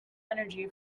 energy